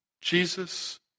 Jesus